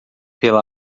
pela